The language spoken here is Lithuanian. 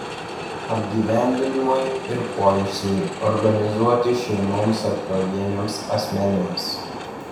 apgyvendinimui ir poilsiui organizuoti šeimoms ar pavieniams asmenims